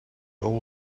all